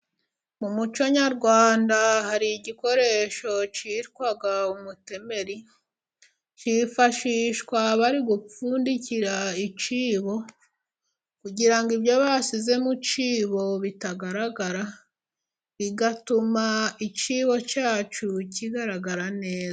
Mu muco nyarwanda hari igikoresho cyitwa umutemeri, cyifashishwa bari gupfundikira icyibo, kugira ngo ibyo bashyize mu cyibo bitagaragara, bigatuma icyibo cyacu kigaragara neza.